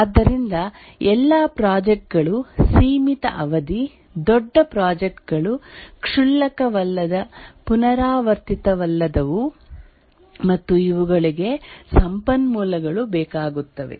ಆದ್ದರಿಂದ ಎಲ್ಲಾ ಪ್ರಾಜೆಕ್ಟ್ ಗಳು ಸೀಮಿತ ಅವಧಿ ದೊಡ್ಡ ಪ್ರಾಜೆಕ್ಟ್ ಗಳು ಕ್ಷುಲ್ಲಕವಲ್ಲದ ಪುನರಾವರ್ತಿತವಲ್ಲದವು ಮತ್ತು ಇವುಗಳಿಗೆ ಸಂಪನ್ಮೂಲಗಳು ಬೇಕಾಗುತ್ತವೆ